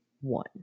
one